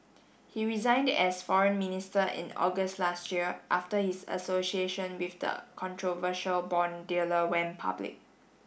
he resigned as foreign minister in August last year after his association with the controversial bond dealer went public